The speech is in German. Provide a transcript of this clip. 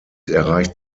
erreicht